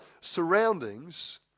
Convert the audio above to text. surroundings